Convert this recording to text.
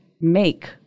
make